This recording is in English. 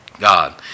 God